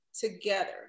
together